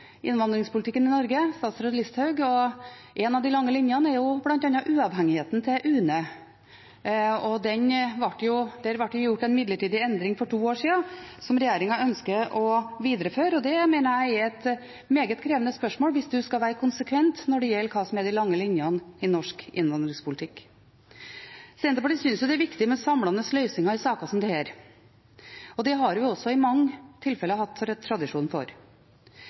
innvandringspolitikken i Norge. En av de lange linjene er bl.a. uavhengigheten til UNE. Det ble gjort en midlertidig endring for to år siden, som regjeringen ønsker å videreføre. Det mener jeg er et meget krevende spørsmål hvis man skal være konsekvent når det gjelder de lange linjene i norsk innvandringspolitikk. Senterpartiet synes det er viktig med samlende løsninger i saker som dette. Det har vi også i mange tilfeller hatt tradisjon for.